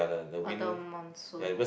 or the monsoon